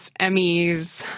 Emmys